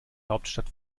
hauptstadt